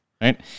right